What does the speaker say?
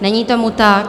Není tomu tak.